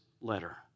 letter